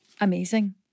Amazing